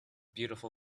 beautiful